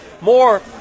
More